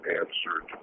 answered